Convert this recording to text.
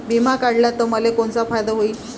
बिमा काढला त मले कोनचा फायदा होईन?